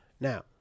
Now